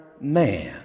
man